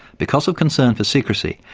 because of concern for secrecy,